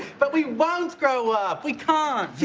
but we won't grow up. we can't.